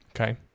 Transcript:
Okay